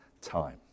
Time